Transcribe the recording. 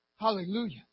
Hallelujah